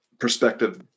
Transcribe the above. perspective